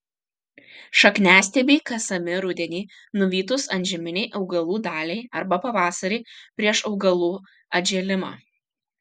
šakniastiebiai kasami rudenį nuvytus antžeminei augalų daliai arba pavasarį prieš augalų atžėlimą